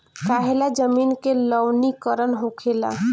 काहें ला जमीन के लवणीकरण होखेला